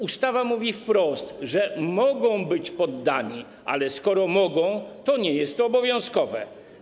Ustawa mówi wprost, że mogą być poddani, ale skoro mogą, to nie jest to obowiązkowe.